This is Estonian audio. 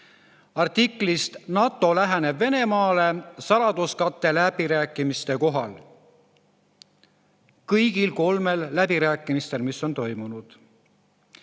artiklist "NATO läheneb Venemaale. Saladuskate läbirääkimiste kohal". Kõigi kolme läbirääkimise [kohal], mis olid toimunud.